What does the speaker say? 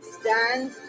Stand